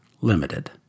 limited